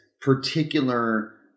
particular